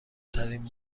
ترین